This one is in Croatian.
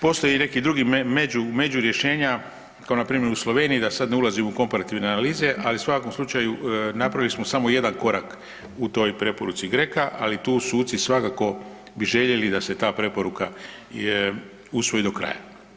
Postoje i neka druga među rješenja kao na primjer u Sloveniji da sad ne ulazim u komparativne analize, ali u svakom slučaju napravili smo samo jedan korak u toj preporuci GRECO-a ali tu suci bi svakako željeli da se ta preporuka usvoji do kraja.